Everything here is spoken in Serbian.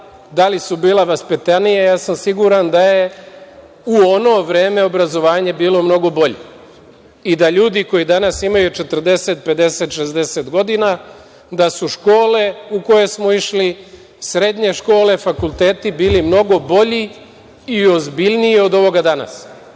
da li su bila vaspitanija, ja sam siguran da je u ono vreme obrazovanje bilo mnogo bolje i da ljudi koji danas imaju 40, 50, 60 godina, da su škole u koje smo išli, srednje škole, fakulteti bili mnogo bolji i ozbiljniji od ovoga danas. Kada